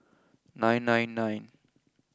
nine nine nine